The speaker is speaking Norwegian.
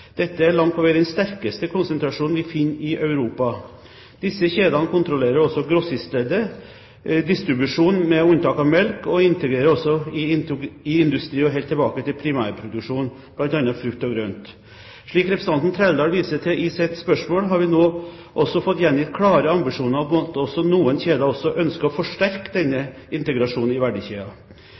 Dette er langt på vei den sterkeste konsentrasjonen vi finner i Europa. Disse kjedene kontrollerer også grossistleddet og distribusjonen, med unntak av melk, og integrerer også i industri og helt tilbake til primærproduksjon, bl.a. av frukt og grønt. Som representanten Trældal viser til i sitt spørsmål, har vi nå også fått gjengitt klare ambisjoner om at noen kjeder også ønsker å forsterke denne integrasjonen i